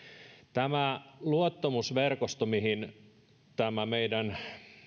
tämä luottamusverkosto mihin tämän meidän